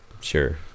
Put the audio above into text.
sure